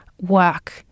work